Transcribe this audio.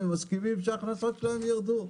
הם מסכימים שההכנסות שלהם ירדו?